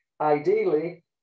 Ideally